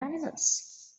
animals